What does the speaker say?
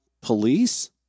police